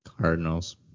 Cardinals